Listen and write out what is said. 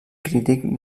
crític